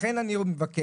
לכן אני מבקש,